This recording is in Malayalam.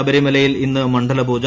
ശബരിമലയിൽ ഇന്ന് മണ്ഡലപൂജ